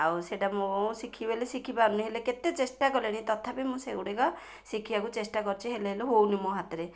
ଆଉ ସେଇଟା ମୁଁ ଶିଖିବିବଲେ ଶିଖିପାରୁନି ହେଲେ କେତେ ଚେଷ୍ଟା କଲିଣି ତଥାପି ମୁଁ ସେଗୁଡ଼ିକ ଶିଖିବାକୁ ଚେଷ୍ଟା କରୁଛି ହେଲେ ହେଲେ ହଉନି ମୋ ହାତରେ